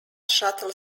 shuttle